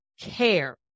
care